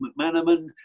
McManaman